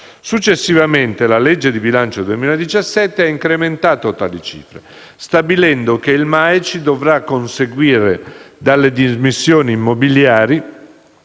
Successivamente, la legge di bilancio 2017 ha incrementato tali cifre, stabilendo che il MAECI dovrà conseguire dalle dismissioni immobiliari